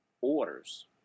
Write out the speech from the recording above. orders